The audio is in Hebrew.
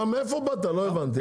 אבל מאיפה באת לא הבנתי,